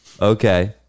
Okay